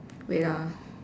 wait ah